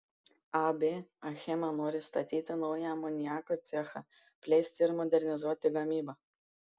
ab achema nori statyti naują amoniako cechą plėsti ir modernizuoti gamybą